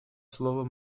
слово